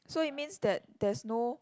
so it means that there's no